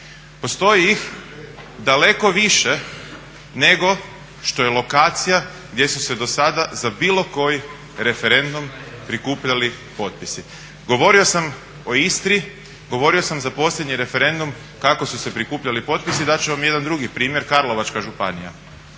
Postoji ih daleko više nego što je lokacija gdje su se do sada za bilo koji referendum prikupljali potpisi. Govorio sam o Istri, govorio sam za posljednji referendum kako su se prikupljali potpisi. Dat ću vam jedan drugi primjer Karlovačka županija,